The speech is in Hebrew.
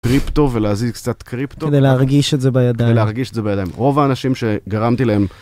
קריפטו ולהזיז קצת קריפטו כדי להרגיש את זה בידיים, כדי להרגיש את זה בידיים, רוב האנשים שגרמתי להם.